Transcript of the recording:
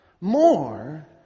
more